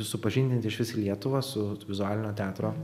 supažindinti išvis lietuvą su vizualinio teatro